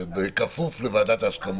באישור ועדת ההסכמות.